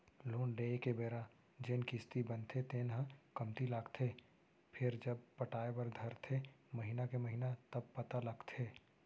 loan लेए के बेरा जेन किस्ती बनथे तेन ह कमती लागथे फेरजब पटाय बर धरथे महिना के महिना तब पता लगथे